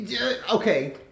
Okay